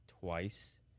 twice